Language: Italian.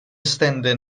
estende